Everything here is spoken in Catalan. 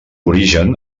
origen